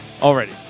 already